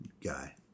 guy